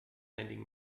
lending